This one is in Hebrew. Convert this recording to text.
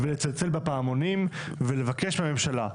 לצלצל בפעמונים ולבקש מהממשלה,